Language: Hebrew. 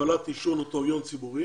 קבלת אישור נוטריון ציבורי